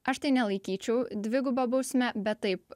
aš tai nelaikyčiau dviguba bausme bet taip